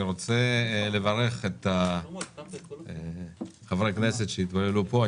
אני רוצה לברך את חברי הכנסת שהתפללו פה.